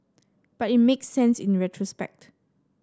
but it makes sense in retrospect